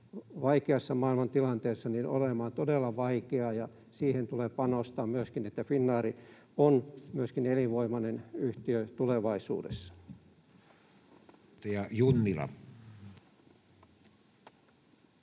vaikeassa maailmantilanteessa olemaan todella vaikea, ja myöskin siihen tulee panostaa, että Finnair on elinvoimainen yhtiö tulevaisuudessa.